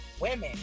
women